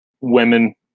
women